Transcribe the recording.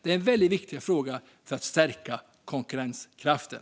Det är en väldigt viktig fråga för att stärka konkurrenskraften.